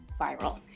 viral